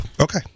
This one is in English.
Okay